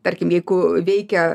tarkim jeigu veikia